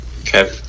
Okay